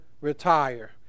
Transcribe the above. retire